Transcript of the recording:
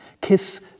Kiss